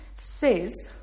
says